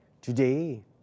Today